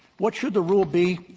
what should the rule be?